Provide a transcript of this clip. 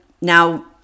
now